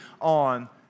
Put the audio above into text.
on